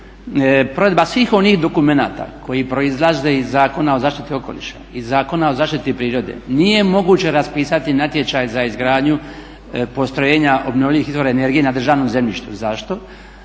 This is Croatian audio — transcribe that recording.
provedba svih onih dokumenata koji proizlaze iz Zakona o zaštiti okoliša, iz Zakona o zaštiti prirode nije moguće raspisati natječaj za izgradnju postrojenja obnovljivih izvora energije na državnom zemljištu. Zašto?